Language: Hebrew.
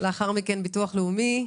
לאחר מכן ביטוח לאומי.